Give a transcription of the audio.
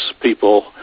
people